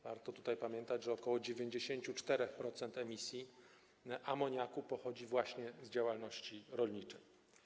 Warto tutaj pamiętać, że ok. 94% emisji amoniaku pochodzi właśnie z działalności rolniczej.